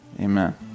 amen